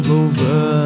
over